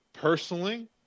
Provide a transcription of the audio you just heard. Personally